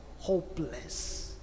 hopeless